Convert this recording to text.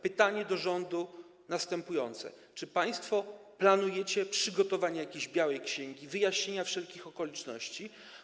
Pytanie do rządu jest następujące: Czy państwo planujecie przygotowanie jakiejś białej księgi, wyjaśnienia wszelkich okoliczności?